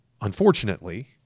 unfortunately